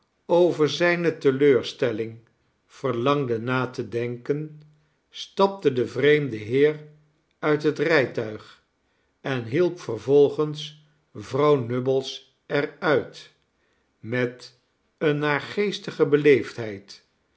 over zijne teleurstelling verlangde na te denken stapte de vreemde heer uit het rijtuig en hielp vervolgens vrouw nubbles er uit met eene